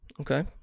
Okay